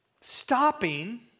stopping